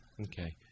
Okay